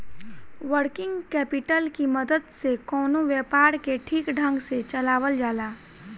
working capital की मदद से कवनो व्यापार के ठीक ढंग से चलावल जाला